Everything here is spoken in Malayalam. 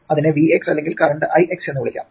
അതിനെ Vx അല്ലെങ്കിൽ കറന്റ് Ix എന്ന് വിളിക്കാം